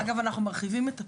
אגב, אנחנו מרחיבים את הפעילות.